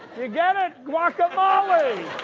you get it, guaca-molly?